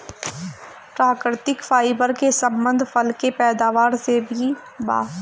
प्राकृतिक फाइबर के संबंध फल के पैदावार से भी बा